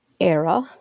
era